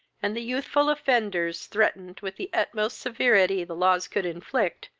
and the youthful offenders threatened with the utmost severity the laws could inflict,